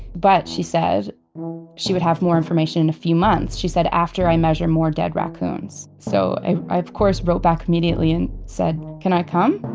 but she said she would have more information in a few months. she said, after i measure more dead raccoons. so i, of course, wrote back immediately and said, can i come?